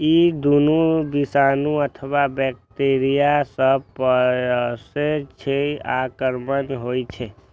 ई दुनू विषाणु अथवा बैक्टेरिया सं पसरै छै आ संक्रामक होइ छै